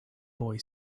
boy